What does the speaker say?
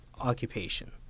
occupation